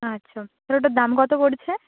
আছা তাহলে ওটার দাম কতো পড়ছে